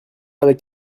avec